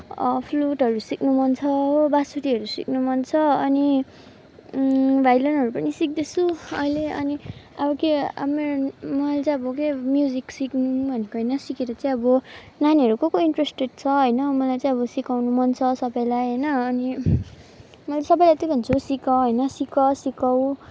फ्लुटहरू सिक्नु मन छ हो बाँसुरीहरू सिक्नु मन छ अनि भायोलिनहरू पनि सिक्दैछु अहिले अनि अब के अब मेरो मैले चाहिँ अब के म्युजिक सिक्नु नै भनेको होइन सिकेर क्या अब नानीहरू को को इन्ट्रेस्टेड छ होइन मलाई चाहिँ अब सिकाउनु मन छ सबैलाई होइन अनि मैले सबैलाई यति भन्छु सिक होइन सिक सिकाऊ